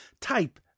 type